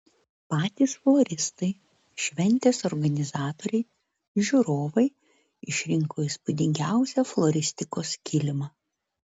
patys floristai šventės organizatoriai žiūrovai išrinko įspūdingiausią floristikos kilimą